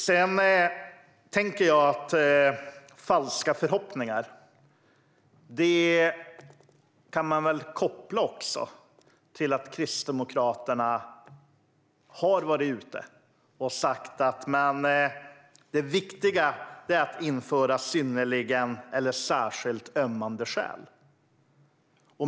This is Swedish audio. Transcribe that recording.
Jag tänker att falska förhoppningar kan kopplas även till Kristdemokraterna, som har varit ute och sagt att det viktiga är att införa synnerliga eller särskilt ömmande skäl.